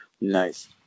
Nice